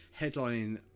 headlining